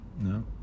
no